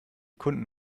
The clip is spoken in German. kunden